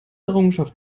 errungenschaft